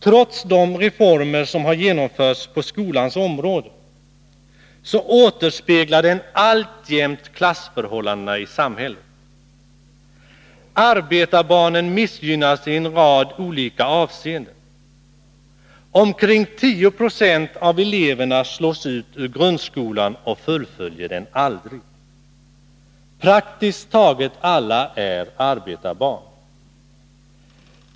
Trots de reformer som har genomförts på skolans område, återspeglar den alltjämt klassförhållandena i samhället. Arbetarbarnen missgynnas i en rad olika avseenden. Omkring 10 26 av eleverna slås ut ur grundskolan och fullföljer den aldrig. Praktiskt taget alla är arbetarbarn.